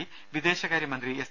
P വിദേശകാര്യ മന്ത്രി S